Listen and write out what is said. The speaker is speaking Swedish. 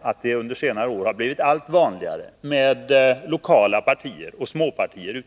att det under senare år ute i kommunerna blivit allt vanligare med lokala partier och småpartier.